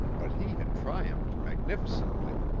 but he had triumphed magnificently.